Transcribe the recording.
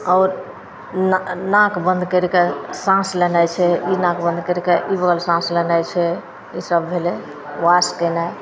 आओर ना नाक बन्द करिके साँस लेनाइ छै ई नाक बन्द करिके ई बगल साँस लेनाइ छै ईसब भेलै वॉश कएनाइ